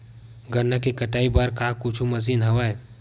गन्ना के कटाई बर का कुछु मशीन हवय?